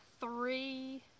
three